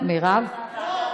אני אומרת,